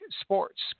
Sports